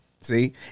See